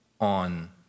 on